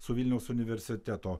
su vilniaus universiteto